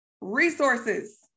resources